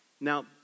Now